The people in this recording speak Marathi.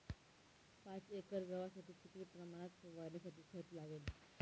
पाच एकर गव्हासाठी किती प्रमाणात फवारणीसाठी खत लागेल?